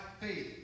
faith